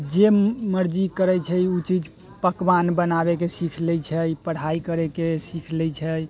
जे मर्जी करे छै ओ चीज पकवान बनाबैके सिखि लै छै पढ़ाइ करैके सिखि लै छै